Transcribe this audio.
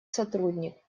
сотрудник